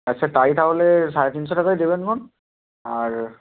আচ্ছা তাই তাহলে সাড়ে তিনশো টাকাই দেবেনখন আর